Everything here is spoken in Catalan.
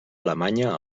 alemanya